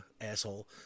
asshole